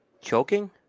Choking